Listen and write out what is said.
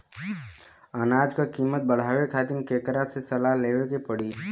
अनाज क कीमत बढ़ावे खातिर केकरा से सलाह लेवे के पड़ी?